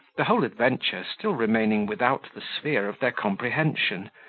the whole adventure still remaining without the sphere of their comprehension,